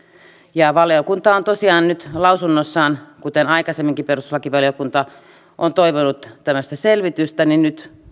valiokunta on tosiaan nyt lausunnossaan kuten aikaisemminkin perustuslakivaliokunta toivonut tämmöistä selvitystä nyt